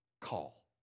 call